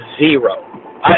zero